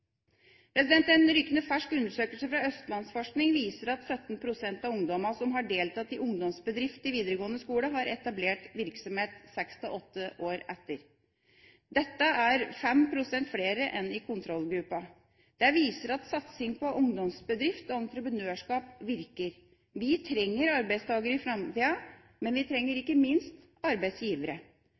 En rykende fersk undersøkelse fra Østlandsforskning viser at 17 pst. av ungdommene som har deltatt i Ungdomsbedrift i videregående skole, har etablert virksomhet seks–åtte år etter. Dette er 5 pst. flere enn i kontrollgruppa. Det viser at satsing på Ungdomsbedrift og entreprenørskap virker. Vi trenger arbeidstakere i framtida, men vi trenger ikke minst arbeidsgivere.